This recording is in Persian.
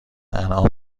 انعام